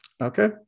Okay